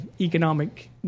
economic